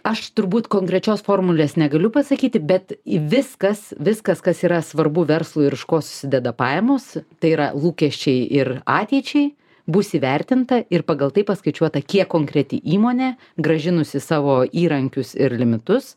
aš turbūt konkrečios formulės negaliu pasakyti bet viskas viskas kas yra svarbu verslui ir iš ko susideda pajamos tai yra lūkesčiai ir ateičiai bus įvertinta ir pagal tai paskaičiuota kiek konkreti įmonė grąžinusi savo įrankius ir limitus